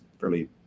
fairly